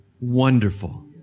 wonderful